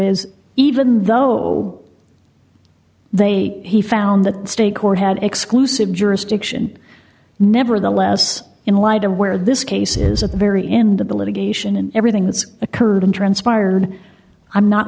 is even though they he found that state court had exclusive jurisdiction nevertheless in light of where this case is at the very end of the litigation and everything that's occurred in transpired i'm not